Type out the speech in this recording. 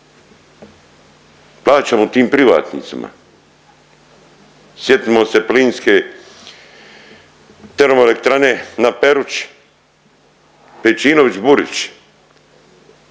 Plaćamo tim privatnicima. Sjetimo se plinske termoelektrane na Peruči. Pejčinović Burić,